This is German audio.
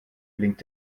blinkt